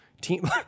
team